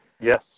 Yes